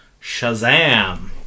shazam